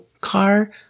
car